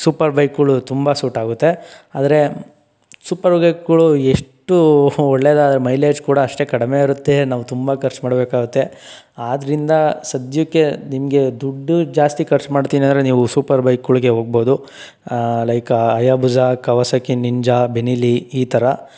super ಬೈಕ್ಗಳು ತುಂಬ suit ಆಗುತ್ತೆ ಆದರೆ ಸೂಪರ್ ಬೈಕ್ಗಳು ಎಷ್ಟು ಒಳ್ಳೆಯದಾದ ಮೈಲೇಜ್ ಕೂಡ ಅಷ್ಟೇ ಕಡಿಮೆ ಇರುತ್ತೆ ನಾವು ತುಂಬ ಖರ್ಚು ಮಾಡಬೇಕಾಗುತ್ತೆ ಆದ್ದರಿಂದ ಸದ್ಯಕ್ಕೆ ನಿಮಗೆ ದುಡ್ಡು ಜಾಸ್ತಿ ಖರ್ಚು ಮಾಡ್ತೀನಿ ಅಂದರೆ ನೀವು ಸೂಪರ್ ಬೈಕ್ಗಳ್ಗೆ ಹೋಗ್ಬೋದು like Hayabusa Kawasaki Ninja Benelli ಈ ಥರ